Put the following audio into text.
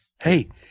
hey